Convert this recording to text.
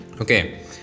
Okay